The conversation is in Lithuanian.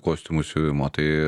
kostiumų siuvimo tai